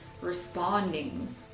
responding